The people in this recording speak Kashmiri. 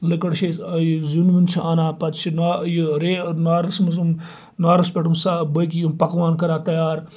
لکٕر چھِ أسۍ زیُن ویُن چھ انان پَتہِ چھِ نار یہِ نارَس منٛز یِم نارَس پٮ۪ٹھ بٕزان باقٕے یِم پَکوان کَران تَیار